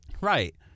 Right